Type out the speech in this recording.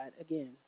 Again